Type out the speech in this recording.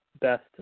best